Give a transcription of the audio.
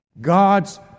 God's